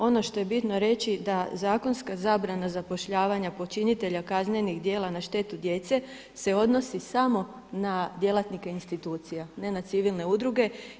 Ono što je bitno reći da zakonska zabrana zapošljavanja počinitelja kaznenih djela na štetu djece se odnosi samo na djelatnike institucija, ne na civilne udruge.